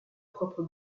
propre